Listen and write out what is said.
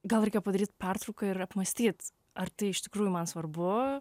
gal reikia padaryt pertrauką ir apmąstyt ar tai iš tikrųjų man svarbu